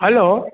hello